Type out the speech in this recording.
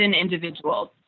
individuals